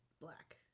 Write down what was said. black